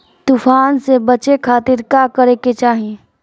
तूफान से बचे खातिर का करे के चाहीं?